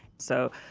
so,